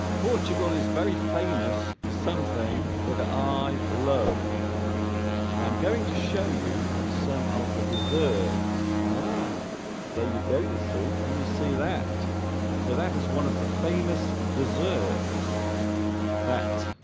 portugal is very famous for something that ah i love and i'm going to show you some of the desserts ah there you go you see can you see that so that is one of the famous desserts that